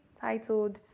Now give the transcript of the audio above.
titled